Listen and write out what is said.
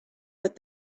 but